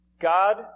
God